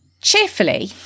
cheerfully